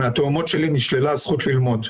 מהתאומות שלי נשללה הזכות ללמוד.